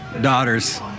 daughters